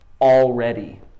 already